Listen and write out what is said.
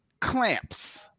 clamps